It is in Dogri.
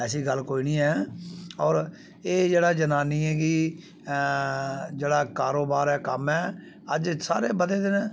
ऐसी गल्ल कोई निं ऐ होर एह् जेह्ड़ा जनानियें गी ऐ जेह्ड़ा कारोबार ऐ कम्म ऐ अज्ज सारे बधे दे न